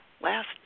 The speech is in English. last